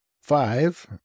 Five